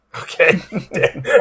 Okay